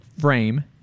frame